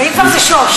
ואם כבר זה שוש.